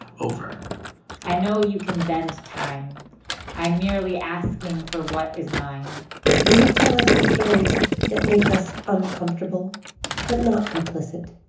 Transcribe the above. over i know you can bend time i'm merely asking for what is mine will you tell us the stories that make us uncomfortable but not complicit?